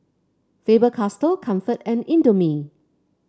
Faber Castell Comfort and Indomie